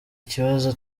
ikibazo